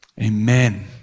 Amen